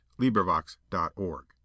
LibriVox.org